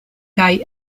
kaj